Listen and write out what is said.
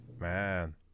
Man